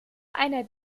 einer